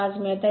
05 मिळत आहे